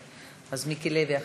אז מיקי לוי אחריו.